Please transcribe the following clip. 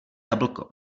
jablko